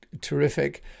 terrific